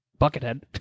buckethead